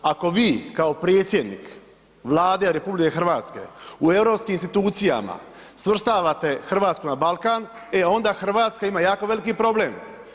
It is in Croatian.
Ako vi kao predsjednik Vlade RH u europskim institucijama svrstavate Hrvatsku na Balkan, e onda Hrvatska ima jako veliki problem.